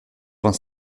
vingt